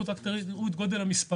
מרחוק.